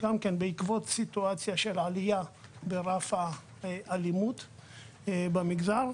ובעקבות עלייה ברף האלימות במגזר,